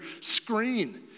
screen